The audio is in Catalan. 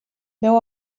beu